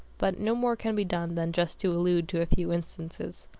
but no more can be done than just to allude to a few instances.